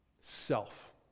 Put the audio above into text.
Self